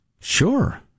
Sure